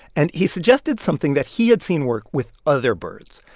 and he suggested something that he had seen work with other birds.